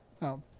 Now